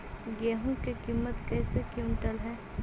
गेहू के किमत कैसे क्विंटल है?